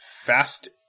fast